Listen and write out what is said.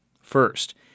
First